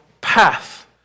path